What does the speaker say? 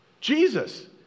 Jesus